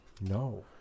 No